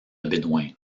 bédoin